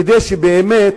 כדי שבאמת